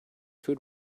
food